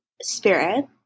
spirit